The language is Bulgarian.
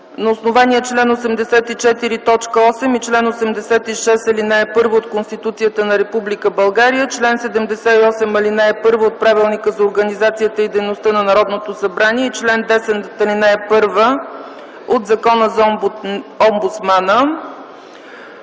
на основание чл. 84, т. 8 и чл. 86, ал. 1 от Конституцията на Република България, чл. 78, ал. 1 от Правилника за организацията и дейността на Народното събрание и чл. 10, ал. 1 от Закона за омбудсмана